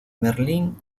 merlín